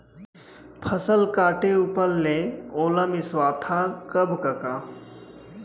फसल काटे ऊपर ले ओला मिंसवाथा कब कका?